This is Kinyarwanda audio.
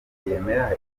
yemera